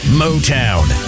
motown